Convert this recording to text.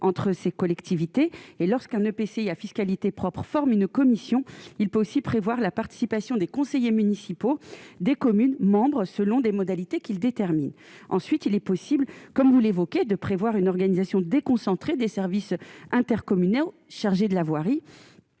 entre ces collectivités et lorsqu'un EPCI à fiscalité propre forme une commission, il faut aussi prévoir la participation des conseillers municipaux des communes membres selon des modalités qui le détermine ensuite, il est possible, comme vous l'évoquez de prévoir une organisation déconcentrée des services intercommunaux, chargé de la voirie,